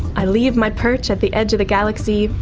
i leave my perch at the edge of the galaxy,